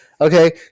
Okay